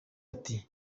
ati